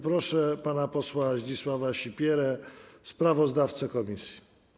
Proszę pana posła Zdzisława Sipierę, sprawozdawcę komisji.